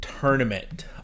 tournament